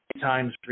times